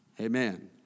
amen